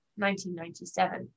1997